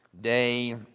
day